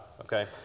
okay